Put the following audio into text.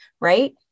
right